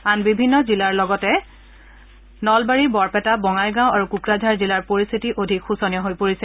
আন বিভিন্ন জিলাৰ লগতে নলবাৰী বৰপেটা বঙাইগাঁও আৰু কোকৰাঝাৰ জিলাৰ পৰিস্থিতি অধিক শোচনীয় হৈ পৰিছে